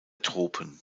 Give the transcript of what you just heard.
tropen